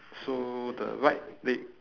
so the right leg